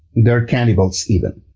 they're cannibals, even.